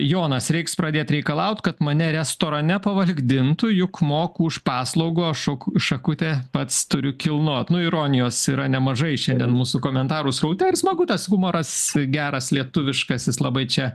jonas reiks pradėt reikalaut kad mane restorane pavalgdintų juk moku už paslaugo šok šakutę pats turiu kilnot nu ironijos yra nemažai šiandien mūsų komentarų sraute ir smagu tas humoras geras lietuviškas jis labai čia